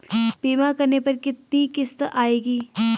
बीमा करने पर कितनी किश्त आएगी?